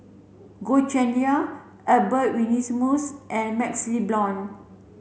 Goh Cheng Liang Albert Winsemius and MaxLe Blond